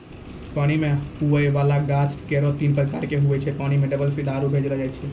पानी मे हुवै वाला गाछ केरो तीन प्रकार हुवै छै पानी मे डुबल सीधा आरु भसिआइत